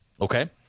Okay